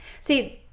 see